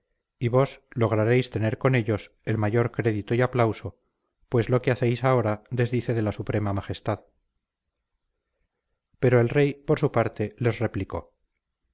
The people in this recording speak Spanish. y vos lograréis tener con ellos mayor crédito y aplauso pues lo que hacéis ahora desdice de la suprema majestad pero el rey por su parte les replicó